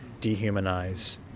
dehumanize